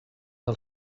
del